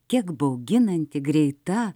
kiek bauginanti greita